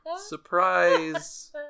Surprise